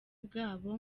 bwabo